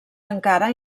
encara